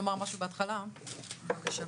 חבר הכנסת פינדרוס, בבקשה.